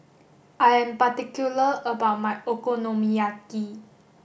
I am particular about my Okonomiyaki